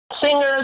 Singers